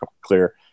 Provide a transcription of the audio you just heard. clear